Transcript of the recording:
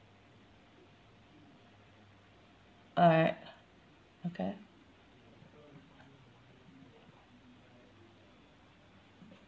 alright okay